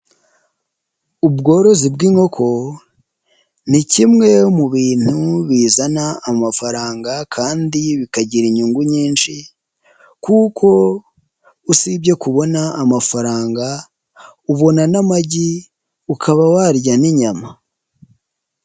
Ubworozi bw'inkoko ni kimwe mu bintu bizana amafaranga kandi bikagira inyungu nyinshi kuko usibye kubona amafaranga, ubona n'amagi ukaba warya n'inyama.